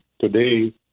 today